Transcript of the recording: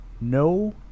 No